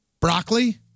Broccoli